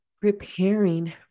preparing